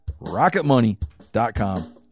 rocketmoney.com